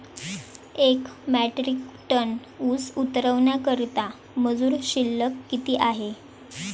एक metric tonne ऊस उतरवण्याकरता मजूर शुल्क किती आहे?